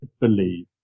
believe